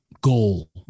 goal